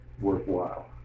worthwhile